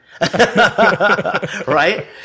right